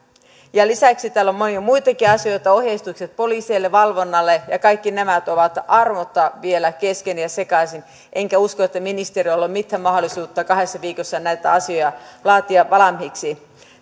lisäksi täällä on monia muitakin asioita ohjeistukset poliiseille valvonnalle kaikki nämä ovat armotta vielä kesken ja sekaisin enkä usko että ministeriöllä on mitään mahdollisuutta kahdessa viikossa näitä asioita laatia valmiiksi